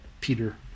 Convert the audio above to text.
Peter